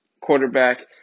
quarterback